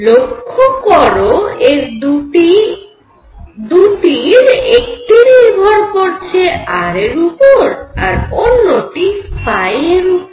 লক্ষ্য করো এর দুটির একটি নির্ভর করছে r এর উপর আর অন্যটি এর উপর